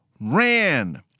ran